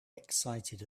excited